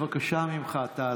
אם זה נראה, תגישי